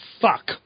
fuck